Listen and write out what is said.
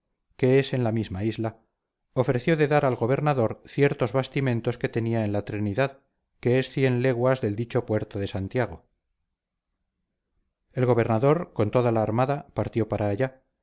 que es en la misma isla ofreció de dar al gobernador ciertos bastimentos que tenía en la trinidad que es cien leguas del dicho puerto de santiago el gobernador con toda la armada partió para allá